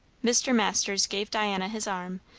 mr. masters gave diana his arm,